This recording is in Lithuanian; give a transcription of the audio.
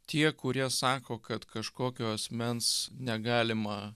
tie kurie sako kad kažkokio asmens negalima